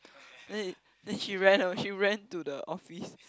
then then she ran away she ran to the office